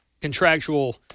contractual